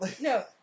No